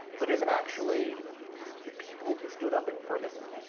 but is actually the people who stood up in ferguson.